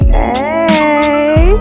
hey